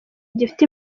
gifite